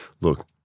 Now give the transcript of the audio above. look